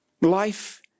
Life